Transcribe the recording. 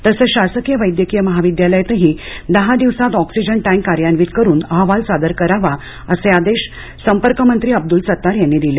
तसेच शासकीय वैद्यकीय महाविद्यालयातही दहा दिवसांत ऑक्सिजन टँक कार्यान्वित करून अहवाल सादर करावा असे आदेश संपर्कमंत्री अब्द्ल सत्तार यांनी दिले